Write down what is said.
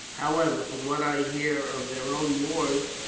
however, from what i hear of their own wars,